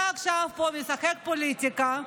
אתה עכשיו משחק פה פוליטיקה.